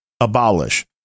abolish